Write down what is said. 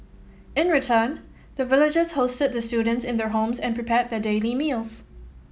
in return the villagers hosted the students in their homes and prepared their daily meals